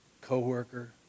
co-worker